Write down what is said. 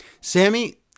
Sammy